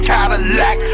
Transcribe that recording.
Cadillac